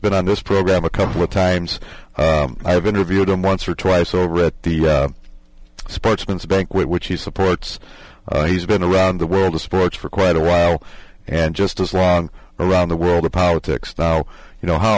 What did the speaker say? been on this program a couple of times i've interviewed him once or twice already sportsman's banquet which he supports he's been around the world of sports for quite a while and just as long around the world of politics now you know how